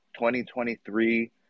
2023